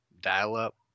dial-up